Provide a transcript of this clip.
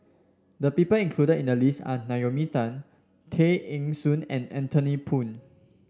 the people included in the list are Naomi Tan Tay Eng Soon and Anthony Poon